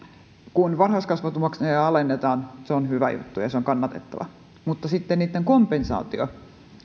kun varhaiskasvatusmaksuja alennetaan se on hyvä juttu ja se on kannatettavaa mutta sitten niitten kompensaatio